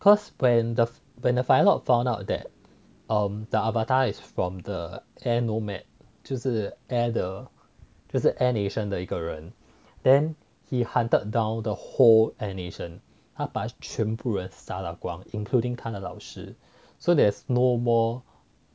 cause when the when the firelord found out that um the avatar is from the air nomad 就是 air 的就是 air nation 的一个人 then he hunted down the whole nation 他把全部人杀到光 including 他的老师 so there's no more